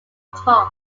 cost